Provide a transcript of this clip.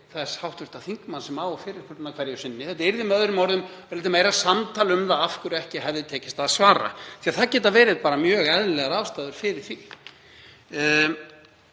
þess hv. þingmanns sem á fyrirspurnirnar hverju sinni. Þetta yrði með öðrum orðum heldur meira samtal um það af hverju ekki hefði tekist að svara, því að það geta verið mjög eðlilegar ástæður fyrir því.